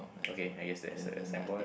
okay I guess that's the signboard